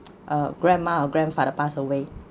uh grandma or grandfather pass away